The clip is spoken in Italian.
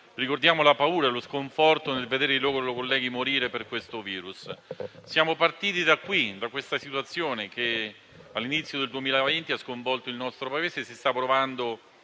Ricordiamo la paura e lo sconforto nel vedere i loro colleghi morire per il virus. Siamo partiti da questa situazione che, all'inizio del 2020, ha sconvolto il nostro Paese e dalla quale